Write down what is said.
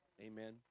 Amen